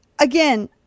again